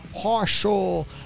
partial